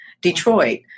Detroit